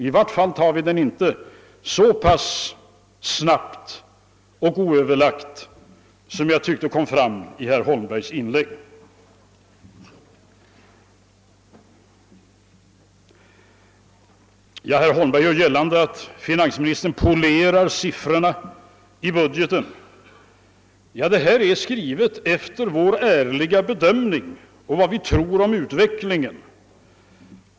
I vart fall tar vi inte någon ståndpunkt så pass snabbt och oöverlagt som jag tyckte kom fram i herr Holmbergs inlägg. Herr Holmberg gör gällande att finansministern polerar siffrorna i budgeten. Ja, den är skriven på grundval av vår ärliga bedömning och vad vi tror om utvecklingen.